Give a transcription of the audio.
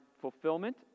fulfillment